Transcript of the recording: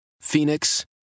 Phoenix